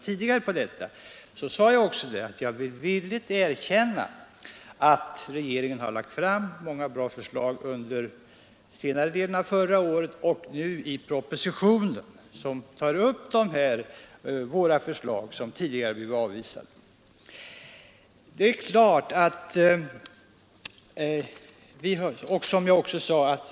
Men jag vill gärna erkänna, och det sade jag också, att regeringen har lagt fram många bra förslag under senare delen av förra året och nu i förevarande proposition, som tar upp våra tidigare avvisade förslag.